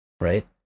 right